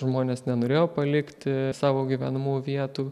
žmonės nenorėjo palikti savo gyvenamų vietų